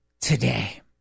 today